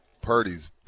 Purdy's